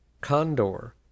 condor